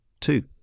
two